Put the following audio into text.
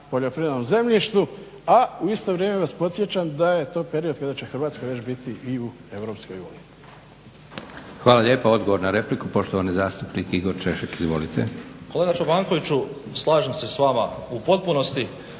poljoprivrednom zemljištu. A u isto vrijeme vas podsjećam da je to period kada će Hrvatska već biti i u Europskoj uniji. **Leko, Josip (SDP)** Hvala lijepa. Odgovor na repliku, poštovani zastupnik Igor Češek. Izvolite. **Češek, Igor (HDSSB)** Kolega Čobankoviću, slažem se s vama u potpunosti